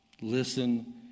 Listen